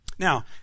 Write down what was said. now